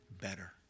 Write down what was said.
better